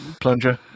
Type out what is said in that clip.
plunger